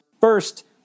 first